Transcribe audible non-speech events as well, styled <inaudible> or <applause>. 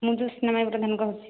ମୁଁ <unintelligible> କହୁଛି